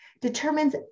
determines